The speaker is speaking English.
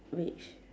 which